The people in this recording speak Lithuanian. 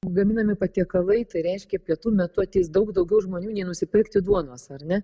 gaminami patiekalai tai reiškia pietų metu ateis daug daugiau žmonių nei nusipirkti duonos ar ne